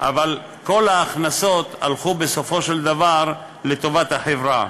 אבל כל ההכנסות הלכו בסופו של דבר לטובת החברה.